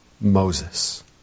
Moses